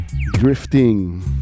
Drifting